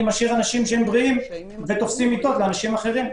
משאיר אנשים בריאים ותופסים מיטות לאנשים אחרים.